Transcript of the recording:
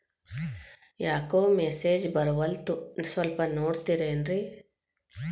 ಯಾಕೊ ಮೆಸೇಜ್ ಬರ್ವಲ್ತು ಸ್ವಲ್ಪ ನೋಡ್ತಿರೇನ್ರಿ?